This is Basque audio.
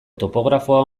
topografo